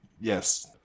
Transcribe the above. Yes